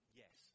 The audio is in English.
yes